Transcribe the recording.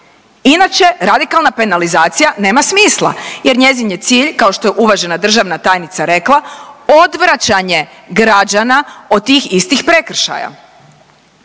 inače radikalna penalizacija nema smisla jer njezin je cilj kao što je uvažena državna tajnica rekla odvraćanje građana od tih istih prekršaja.